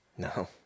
No